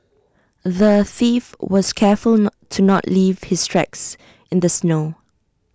the thief was careful not to not leave his tracks in the snow